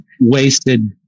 wasted